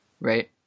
right